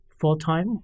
full-time